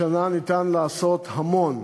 בשנה ניתן לעשות המון,